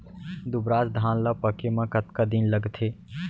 दुबराज धान ला पके मा कतका दिन लगथे?